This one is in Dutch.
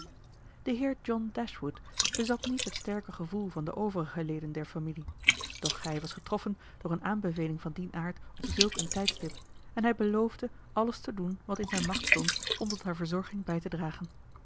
dashwood bezat niet het sterke gevoel van de overige leden der familie doch hij was getroffen door eene aanbeveling van dien aard op zulk een tijdstip en hij beloofde alles te doen wat in zijn macht stond om tot haar verzorging bij te dragen